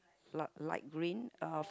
lah light green uh